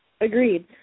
Agreed